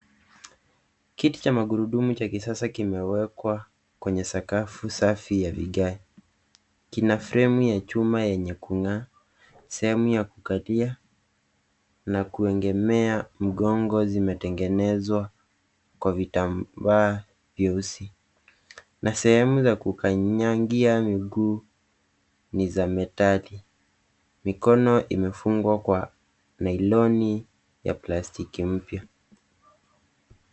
Kiti cha magurudumu cha kisasa kimewekwa kwenye sakafu safi ya vigae. Kina fremu ya chuma yenye kung'aa, sehemu ya kukalia na kuegemea mgongo zimetengenezwa kwa vitamba vyeusi na sehemu za kukanyagia miguu ni za metali. Mikono imefungwa kwa nailoni ya plastiki mpya.